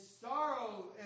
sorrow